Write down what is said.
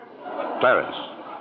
Clarence